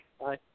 Bye